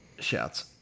Shouts